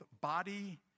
body